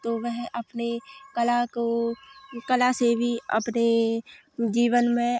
तो वह अपनी कला को कला से भी अपने जीवन में